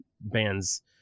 bands